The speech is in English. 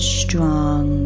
strong